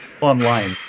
online